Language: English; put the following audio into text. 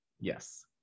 Yes